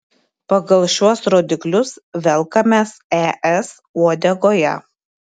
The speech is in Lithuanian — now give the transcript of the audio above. pagal šiuos rodiklius velkamės es uodegoje